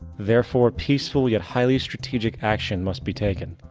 therefore, peacefully a highly strategic action must be taken.